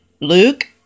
Luke